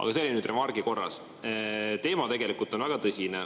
Aga see oli nüüd remargi korras. Teema tegelikult on väga tõsine.